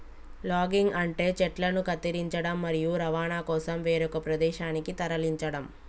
logging అంటే చెట్లను కత్తిరించడం, మరియు రవాణా కోసం వేరొక ప్రదేశానికి తరలించడం